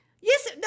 Yes